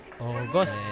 August